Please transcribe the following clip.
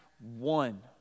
one